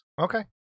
Okay